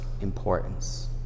importance